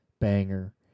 banger